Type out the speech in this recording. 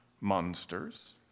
monsters